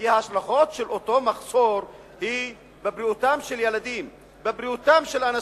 כי ההשלכות של אותו מחסור הן בבריאותם של ילדים,